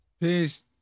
Peace